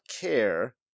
care